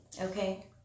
okay